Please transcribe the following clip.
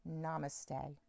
namaste